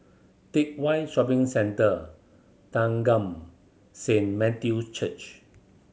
Teck Whye Shopping Centre Thanggam Saint Matthew Church